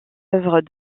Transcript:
œuvres